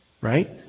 right